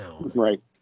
Right